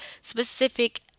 specific